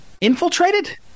infiltrated